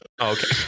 Okay